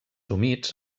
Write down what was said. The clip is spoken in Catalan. humits